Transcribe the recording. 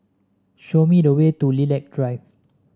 show me the way to Lilac Drive